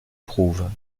prouve